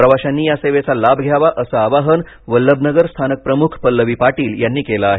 प्रवाशांनी या सेवेचा लाभ घ्यावा असं आवाहन वल्लभनगर स्थानकप्रमुख पल्लवी पाटील यांनी केलं आहे